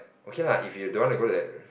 okay lah if you don't want to go to the